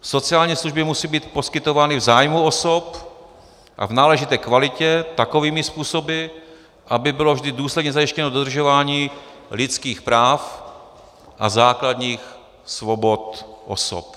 Sociální služby musí být poskytovány v zájmu osob a v náležité kvalitě takovými způsoby, aby bylo vždy důsledně zajištěno dodržování lidských práv a základních svobod osob.